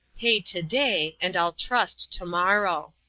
pay to day and i'll trust tomorrow.